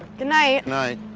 goodnight. night